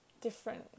different